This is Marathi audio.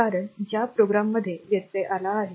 कारण ज्या प्रोग्राममध्ये व्यत्यय आला आहे